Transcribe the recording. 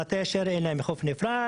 מטה אשר אין להם חוף נפרד.